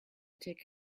take